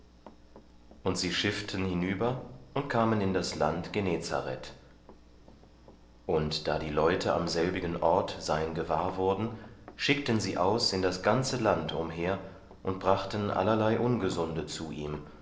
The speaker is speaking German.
und sie schifften hinüber und kamen in das land genezareth und da die leute am selbigen ort sein gewahr wurden schickten sie aus in das ganze land umher und brachten allerlei ungesunde zu ihm